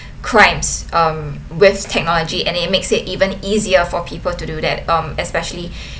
crimes um with technology and it makes it even easier for people to do that um especially